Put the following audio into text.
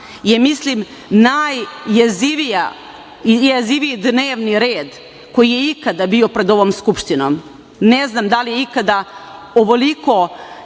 je, mislim, najjeziviji dnevni red koji je ikada bio pred ovom Skupštinom. Ne znam, da li je ikada ovoliko